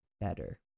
better